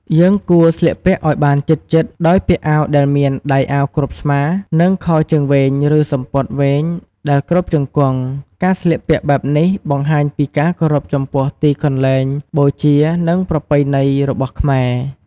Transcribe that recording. យើងគួរ ស្លៀកពាក់ឲ្យបានជិតៗ ដោយពាក់អាវដែលមាន ដៃអាវគ្របស្មា និង ខោជើងវែង ឬសំពត់វែងដែលគ្របជង្គង់ ការស្លៀកពាក់បែបនេះបង្ហាញពីការគោរពចំពោះទីកន្លែងបូជានិងប្រពៃណីរបស់ខ្មែរ។